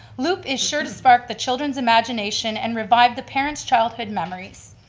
loop is sure to spark the children's imagination and revive the parents' childhood memories.